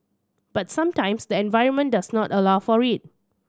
but sometimes the environment does not allow for it